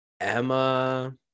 Emma